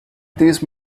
these